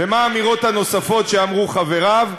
ומה האמירות הנוספות שאמרו חבריו?